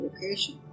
location